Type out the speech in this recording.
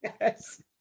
Yes